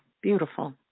beautiful